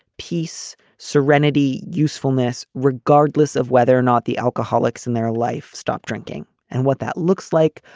peace, serenity, usefulness, regardless of whether or not the alcoholics in their life stop drinking and what that looks like.